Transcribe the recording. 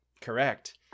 Correct